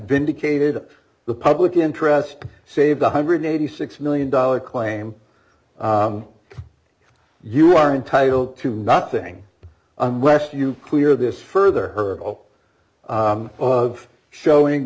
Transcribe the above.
vindicated the public interest save one hundred and eighty six million dollars claim you are entitled to nothing unless you clear this further ergo of showing